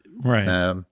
right